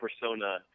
persona